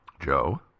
Joe